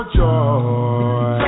joy